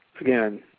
again